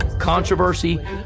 Controversy